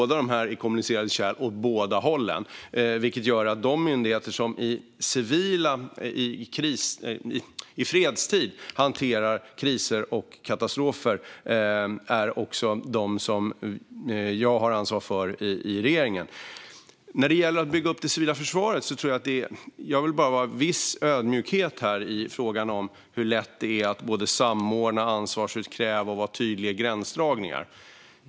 De är kommunicerande kärl åt båda hållen, och det är jag i regeringen som har ansvar för de myndigheter som i fredstid hanterar kriser och katastrofer. När det gäller att bygga upp det civila försvaret vill jag bara visa viss ödmjukhet i frågan om hur lätt det är att samordna, ansvarsutkräva och göra tydliga gränsdragningar.